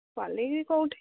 quality କେଉଁଠି